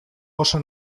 oso